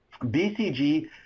BCG